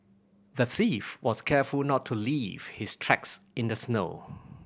the thief was careful not to leave his tracks in the snow